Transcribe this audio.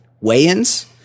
weigh-ins